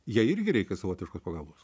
jai irgi reikia savotiškos pagalbos